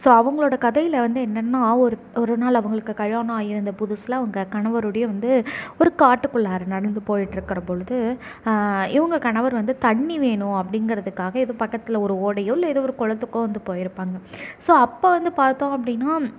so அவங்களோட கதையில் வந்து என்னன்னா ஒரு ஒரு நாள் அவங்களுக்கு கல்யாணம் ஆகியிருந்த புதுசுல அவங்க கணவருடைய வந்து ஒரு காட்டுக்குள்ளாற நடந்து போயிட்டுருக்குறபொழுது இவங்க கணவர் வந்து தண்ணீர் வேணும் அப்படிங்கிறதுக்காக எதுவும் பக்கத்தில் ஒரு ஓடையோ இல்லை ஏதோ ஒரு குளத்துக்கோ வந்து போயிருப்பாங்க ஸோ அப்போ வந்து பார்த்தோம் அப்படின்னா